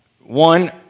One